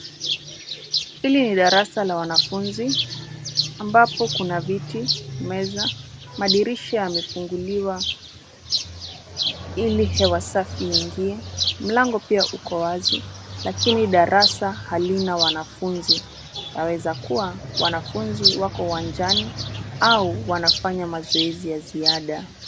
Hili ni darasa la wanafunzi, ambapo kuna viti, meza ,madirisha yamefunguliwa ili hewa safi iingie. Mlango pia uko wazi, lakini darasa halina wanafunzi. Yaweza kuwa wanafunzi wako uwanjani au wanafanya mazoezi ya ziada.